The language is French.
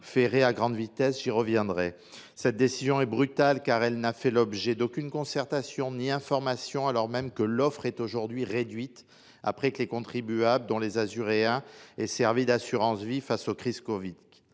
ferrée à grande vitesse – j’y reviendrai. Cette décision est brutale, car elle n’a fait l’objet d’aucune concertation ni d’aucune information, alors même que l’offre est aujourd’hui réduite et après que les contribuables, dont les Azuréens, ont servi d’assurance vie face aux crises covid.